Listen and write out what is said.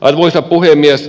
arvoisa puhemies